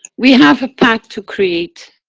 we have a pact to create,